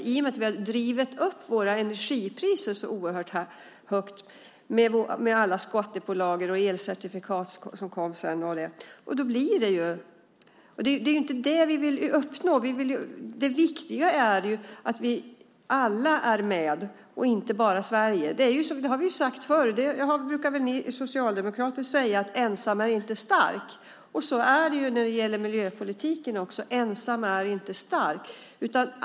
Vi har drivit upp våra energipriser oerhört högt med alla skattepålagor, elcertifikat och så vidare. Det är inte det vi vill uppnå. Det viktiga är att alla är med, inte bara Sverige. Det har vi sagt förr. Ni socialdemokrater brukar väl säga att ensam inte är stark. Så är det också i miljöpolitiken. Ensam är inte stark.